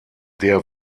der